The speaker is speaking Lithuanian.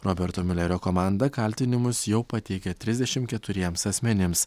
roberto miulerio komanda kaltinimus jau pateikė trisdešim keturiems asmenims